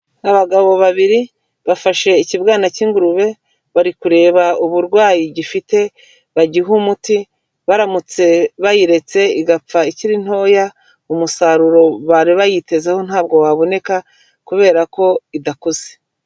Abagabo babiri bafashe ikibwana cy'ingurube, bari kureba uburwayi gifite, bagihe umuti, baramutse bayiretse igapfa ikiri ntoya, umusaruro bari bayitezeho ntabwo waboneka kubera ko idakuze.